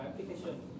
application